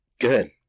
Good